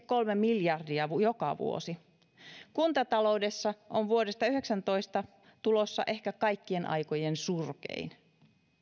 kolme miljardia joka vuosi kuntataloudessa vuodesta yhdeksäntoista on tulossa ehkä kaikkien aikojen surkein